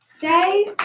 Say